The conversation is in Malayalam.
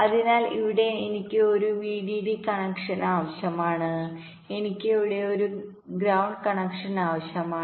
അതിനാൽ ഇവിടെ എനിക്ക് ഇവിടെ ഒരു വിഡിഡി കണക്ഷൻ ആവശ്യമാണ് എനിക്ക് ഇവിടെ ഒരു ഗ്രൌണ്ട് കണക്ഷൻ ആവശ്യമാണ്